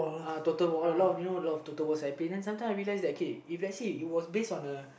uh total war a lot of you know a lot of total wars I play then sometime I realize okay if let's say if it was base on a